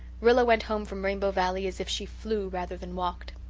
rilla went home from rainbow valley as if she flew rather than walked.